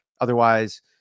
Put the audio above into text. otherwise